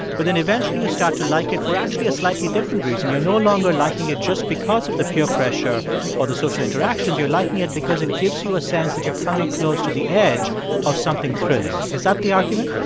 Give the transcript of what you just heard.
but then eventually, you start to like it for actually a slightly different reason. you're no longer liking it just because of the peer pressure or the social interactions. you're liking it because it gives you a sense that you're coming close to the edge of something thrilling. is that the argument?